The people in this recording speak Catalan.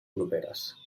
properes